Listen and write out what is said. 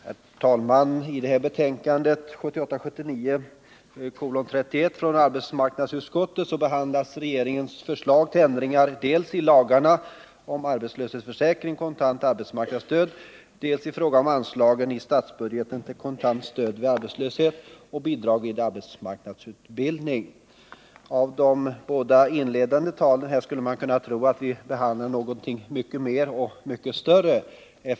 Herr talman! I det här betänkandet, 1978/79:31 från arbetsmarknadsutskottet, behandlas regeringens förslag till ändringar dels i lagarna om arbetslöshetsförsäkring och kontant arbetsmarknadsstöd, dels i fråga om anslagen i statsbudgeten till kontant stöd vid arbetslöshet och bidrag till arbetsmarknadsutbildning. Av de båda inledande talen här skulle man kunna tro att vi behandlar någonting mycket mer och mycket större.